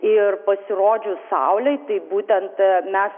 ir pasirodžius saulei tai būtent aaa mes